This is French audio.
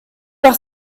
par